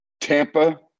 Tampa